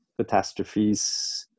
catastrophes